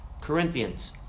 Corinthians